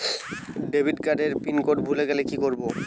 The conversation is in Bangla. ডেবিটকার্ড এর পিন কোড ভুলে গেলে কি করব?